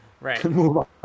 Right